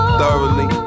thoroughly